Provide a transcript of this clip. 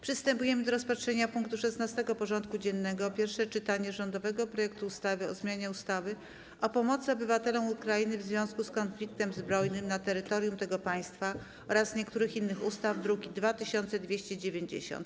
Przystępujemy do rozpatrzenia punktu 16. porządku dziennego: Pierwsze czytanie rządowego projektu ustawy o zmianie ustawy o pomocy obywatelom Ukrainy w związku z konfliktem zbrojnym na terytorium tego państwa oraz niektórych innych ustaw (druk nr 2290)